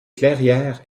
clairières